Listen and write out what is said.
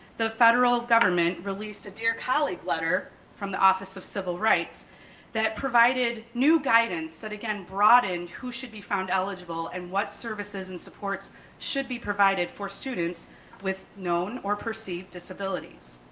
the federal government released a dear colleague letter from the office of civil rights that provided new guidance that again broadened who should be found eligible and what services and supports should be provided for students with known or perceived disabilities.